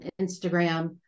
Instagram